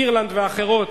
אירלנד ואחרות,